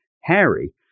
Harry